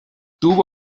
tuvo